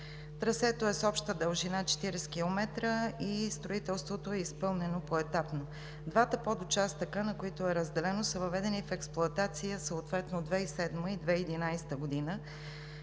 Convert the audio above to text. Трасето е с обща дължина 40 км и строителството е изпълнено поетапно. Двата подучастъка, на които е разделено, са въведени в експлоатация съответно 2007-а и 2011 г.